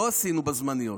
לא עשינו בזמניות.